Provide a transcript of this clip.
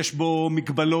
יש בו מגבלות,